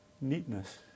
neatness